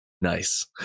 nice